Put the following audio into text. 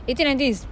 eighteen nineteen is